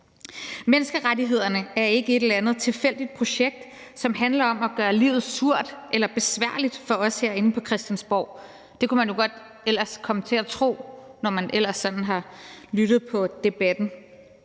Menneskerettighederne er ikke et eller andet tilfældigt projekt, som handler om at gøre livet surt eller besværligt for os herinde på Christiansborg. Det kunne man jo ellers godt komme til at tro, når man sådan har lyttet til debatten.